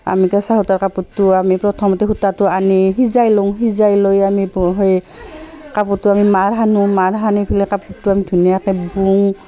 আমি কেঁচা সূতাৰ কাপোৰটো আমি প্ৰথমতে সূতাটো আনি সিজাই লওঁ সিজাই লৈ আমি সেই কাপোৰটো আমি মাৰ সানোঁ মাৰ সানি পেলাই কাপোৰটো আমি ধুনীয়াকৈ বওঁ